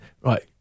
Right